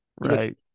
right